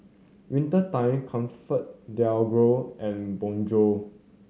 Winter Time ComfortDelGro and Bonjour